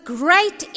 great